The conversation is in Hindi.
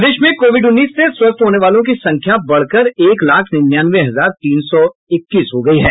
प्रदेश में कोविड उन्नीस से स्वस्थ होने वालों की संख्या बढ़कर एक लाख निन्यानवे हजार तीन सौ इक्कीस हो गयी है